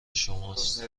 شماست